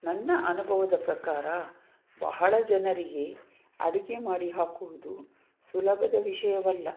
ನನ್ನ ಅನುಭವದ ಪ್ರಕಾರ ಬಹಳ ಜನರಿಗೆ ಅಡಿಗೆ ಮಾಡಿ ಹಾಕುವುದು ಸುಲಭದ ವಿಷಯವಲ್ಲ